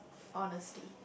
honesty